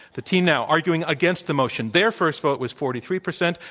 the team, now, arguing against the motion, their first vote was forty three percent.